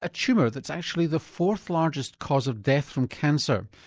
a tumour that's actually the fourth largest cause of death from cancer,